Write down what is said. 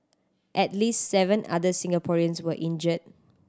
at least seven other Singaporeans were injured